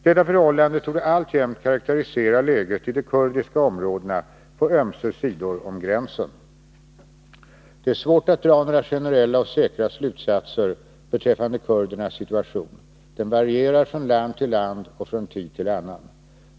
Detta förhållande torde alltjämt karakterisera läget i de kurdiska områdena på ömse sidor om gränsen. Det är svårt att dra några generella och säkra slutsatser beträffande kurdernas situation: den varierar från land till land och från tid till annan.